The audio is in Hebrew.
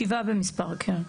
שבעה במספר, כן.